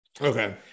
Okay